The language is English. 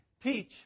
Teach